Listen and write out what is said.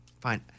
fine